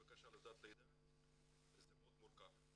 מילאתי בקשה לתעודת לידה וזה מאוד מורכב.